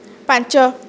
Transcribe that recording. ପାଞ୍ଚ